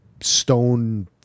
stone